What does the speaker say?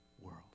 world